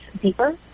deeper